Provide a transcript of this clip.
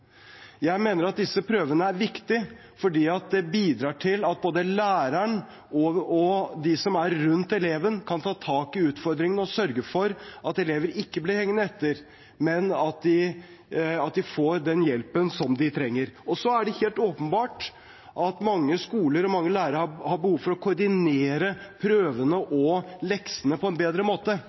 Jeg mener at disse prøvene er viktige fordi det bidrar til at både læreren og de som er rundt eleven, kan ta tak i utfordringene og sørge for at elever ikke blir hengende etter, men får den hjelpen de trenger. Det er helt åpenbart at mange skoler og mange lærere har behov for å koordinere prøvene og leksene på en bedre måte,